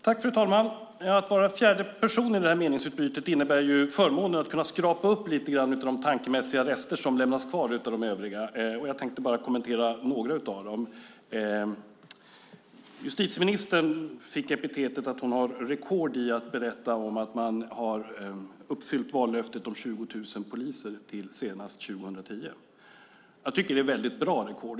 Fru talman! Att vara fjärde person i detta meningsutbyte innebär förmånen att kunna skrapa upp lite grann av de tankemässiga rester som lämnats kvar av de övriga. Jag tänkte bara kommentera några av dem. Justitieministern fick epitetet rekordhållare i att berätta att man har uppfyllt vallöftet om 20 000 poliser senast 2010. Jag tycker att det är ett väldigt bra rekord.